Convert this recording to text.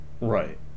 Right